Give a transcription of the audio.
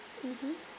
mmhmm